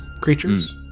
creatures